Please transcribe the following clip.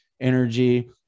energy